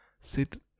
sit